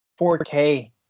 4K